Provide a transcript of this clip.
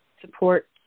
support